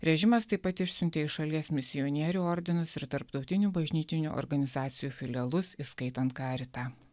režimas taip pat išsiuntė iš šalies misionierių ordinus ir tarptautinių bažnytinių organizacijų filialus įskaitant karitą